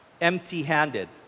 empty-handed